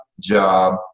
job